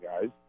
guys